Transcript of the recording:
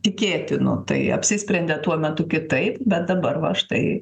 tikėtinų tai apsisprendė tuo metu kitaip bet dabar va štai